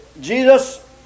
Jesus